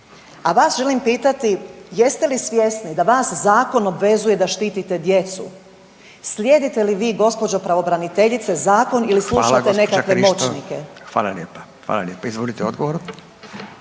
a vas želim pitati, jeste li svjesni da vas zakon obvezuje da štitite djecu? Slijedite li vi, gđo. pravobraniteljice, zakon ili slušate .../Upadica: Hvala gđo. Krišto./...